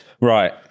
Right